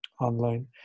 online